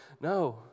No